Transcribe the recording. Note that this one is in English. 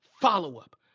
follow-up